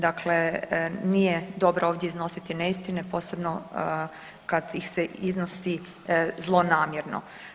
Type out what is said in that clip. Dakle, nije dobro ovdje iznositi neistine, posebno kad ih se iznosi zlonamjerno.